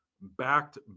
backed